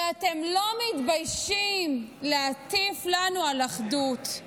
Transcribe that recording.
ואתם לא מתביישים להטיף לנו על אחדות.